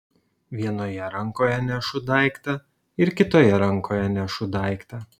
vienoje rankoje nešu daiktą ir kitoje rankoje nešu daiktą